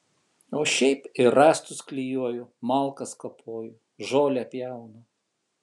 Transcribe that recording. o šiaip ir rąstus klijuoju malkas kapoju žolę pjaunu